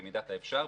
במידת האפשר,